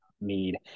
need